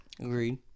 agreed